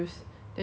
then she just